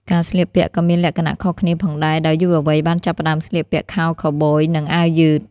ការស្លៀកពាក់ក៏មានលក្ខណៈខុសគ្នាផងដែរ ដោយយុវវ័យបានចាប់ផ្តើមស្លៀកពាក់ខោខូវប៊យនិងអាវយឺត។